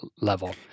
level